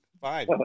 fine